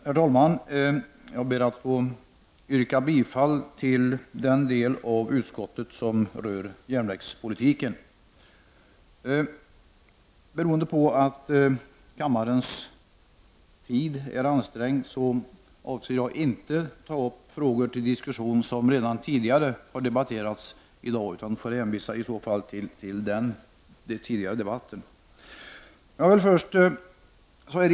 Herr talman! Jag ber att få yrka bifall till den del av hemställan i utskottsbetänkandet som rör järnvägspolitiken. Eftersom kammarens tid är ansträngd avser jag inte att ta upp sådana frågor till diskussion som redan tidigare i dag har debatterats, utan jag hänvisar i dessa fall till den tidigare debatten.